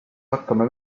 hakkame